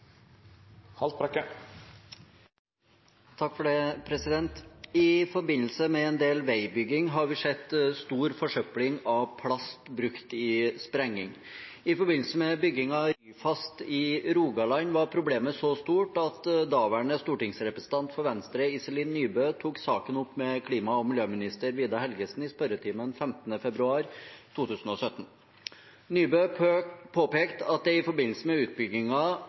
I forbindelse med en del veibygging har vi sett stor forsøpling av plast brukt i sprenging. I forbindelse med byggingen av Ryfast i Rogaland var problemet så stort at daværende stortingsrepresentant fra Venstre, Iselin Nybø, tok opp saken med klima- og miljøminister Vidar Helgesen i spørretimen 15. februar 2017. Nybø påpekte at det i forbindelse med